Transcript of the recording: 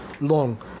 long